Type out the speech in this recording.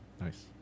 Nice